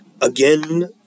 again